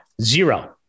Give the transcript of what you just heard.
zero